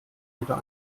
wieder